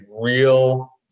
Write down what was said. real